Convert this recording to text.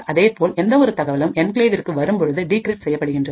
அதேபோல் எந்த ஒரு தகவலும் என்கிளேவிற்கு வரும்பொழுது டிகிரிப்ட் செய்யப்படுகின்றது